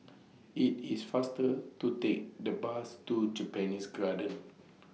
IT IS faster to Take The Bus to Japanese Garden